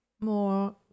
more